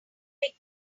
pick